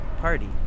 Party